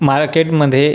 मार्केटमध्ये